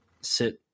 sit